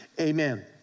Amen